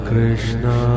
Krishna